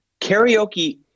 Karaoke